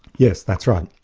yes, that's right.